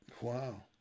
Wow